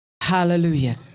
Hallelujah